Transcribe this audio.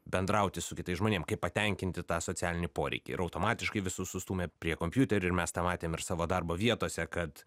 bendrauti su kitais žmonėm kaip patenkinti tą socialinį poreikį ir automatiškai visus sustūmė prie kompiuterių ir mes tą matėm ir savo darbo vietose kad